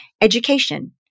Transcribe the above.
Education